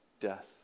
death